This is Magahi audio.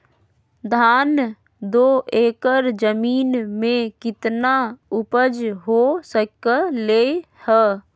धान दो एकर जमीन में कितना उपज हो सकलेय ह?